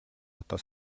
одоо